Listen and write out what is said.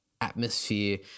atmosphere